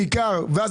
רמ"י,